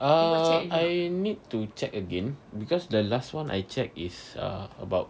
ah I need to check again because the last [one] I check is ah about